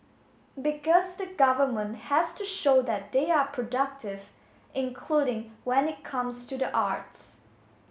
because the government has to show that they are productive including when it comes to the arts